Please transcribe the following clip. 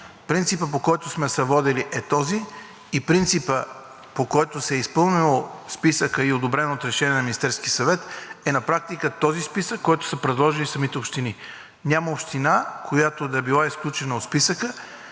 Принципът, по който сме се водили, е този, и принципът, по който се е изпълнил списъкът и е одобрен от Решение на Министерския съвет, е на практика този списък, който са предложили самите общини. Няма община, която да е била изключена от списъка